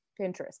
Pinterest